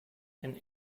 and